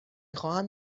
خواهم